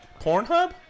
Pornhub